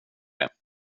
dig